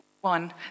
one